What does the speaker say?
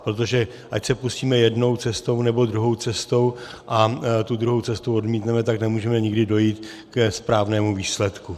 Protože ať se pustíme jednou cestou, nebo druhou cestou a tu druhou cestu odmítneme, tak nemůžeme nikdy dojít ke správnému výsledku.